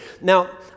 Now